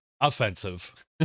offensive